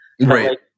Right